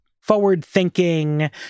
forward-thinking